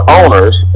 owners